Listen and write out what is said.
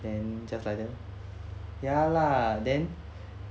and just like that oh ya lah then